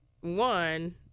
one